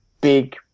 big